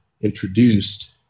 introduced